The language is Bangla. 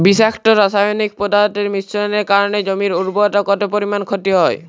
বিষাক্ত রাসায়নিক পদার্থের মিশ্রণের কারণে জমির উর্বরতা কত পরিমাণ ক্ষতি হয়?